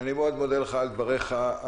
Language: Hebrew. אני מאוד מודה לך על דבריך הנלהבים.